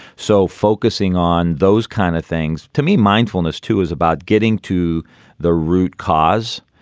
so focusing on those kind of things, to me, mindfulness too is about getting to the root cause.